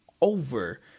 over